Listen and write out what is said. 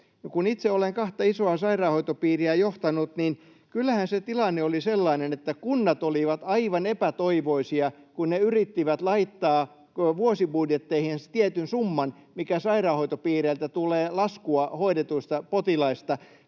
Kun itse olen kahta isoa sairaanhoitopiiriä johtanut, niin kyllähän se tilanne oli sellainen, että kunnat olivat aivan epätoivoisia, kun ne yrittivät laittaa vuosibudjetteihinsa tietyn summan, mikä sairaanhoitopiireiltä tulee laskua hoidetuista potilaista.